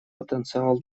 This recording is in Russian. потенциал